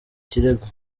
kirego